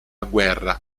guerra